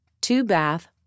two-bath